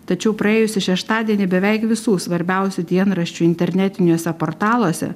tačiau praėjusį šeštadienį beveik visų svarbiausių dienraščių internetiniuose portaluose